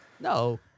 No